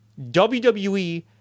WWE